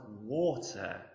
water